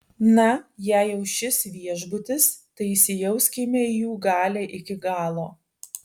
na jei jau šis viešbutis tai įsijauskime į jų galią iki galo